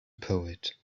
poet